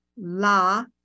la